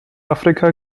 afrika